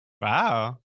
Wow